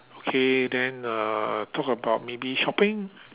okay then uh the talk about maybe shopping